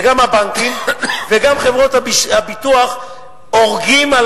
וגם הבנקים וגם חברות הביטוח הורגים על